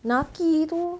naqi itu